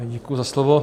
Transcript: Děkuji za slovo.